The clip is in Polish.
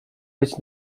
być